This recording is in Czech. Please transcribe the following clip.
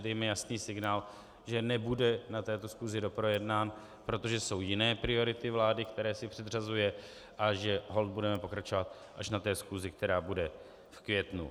Dejme jasný signál, že nebude na této schůzi doprojednán, protože jsou jiné priority vlády, které si předřazuje, a že holt budeme pokračovat až na schůzi, která bude v květnu.